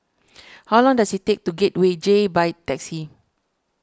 how long does it take to Gateway J by taxi